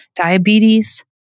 diabetes